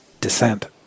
Descent